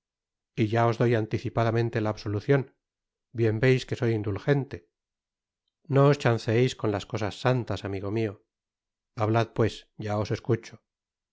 y vaos doy anticipadamente la absolucion bien veis que soy indulgente no os chanceeis con las cosas santas amigo mio hablad pues ya os escucho